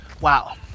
wow